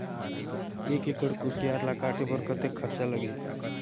एक एकड़ कुसियार ल काटे बर कतेक खरचा लगही?